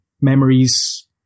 memories